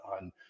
on